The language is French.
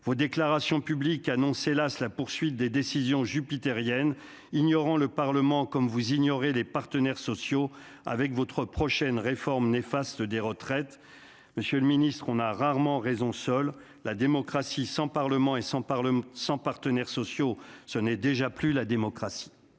Vos déclarations publiques annoncent, hélas ! la poursuite des décisions jupitériennes, ignorant le Parlement comme vous ignorez les partenaires sociaux avec votre réforme néfaste des retraites. Monsieur le ministre, on a rarement raison seul. La démocratie sans Parlement et sans partenaires sociaux, ce n'est déjà plus la démocratie.